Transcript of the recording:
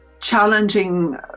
challenging